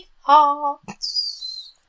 hearts